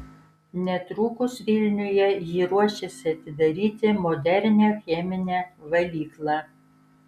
netrukus vilniuje ji ruošiasi atidaryti modernią cheminę valyklą